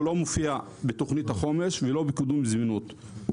הוא לא מופיע בתוכנית החומש ולא בקידום זמינות.